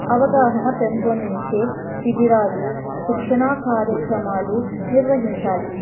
అవగాహన పెంపొందించే శిబిరాలు శిక్షణా కార్యక్రమాలు నిర్వహించాలి